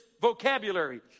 vocabulary